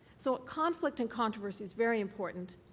so, conflict and controversy is very important.